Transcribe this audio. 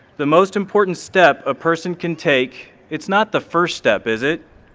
the most important step a person can take, it's not the first step, is it?